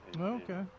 Okay